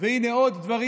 והינה עוד דברים,